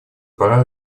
пора